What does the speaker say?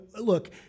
look